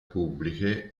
pubbliche